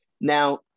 Now